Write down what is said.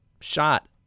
shot